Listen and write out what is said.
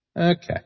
Okay